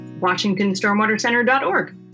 WashingtonStormwaterCenter.org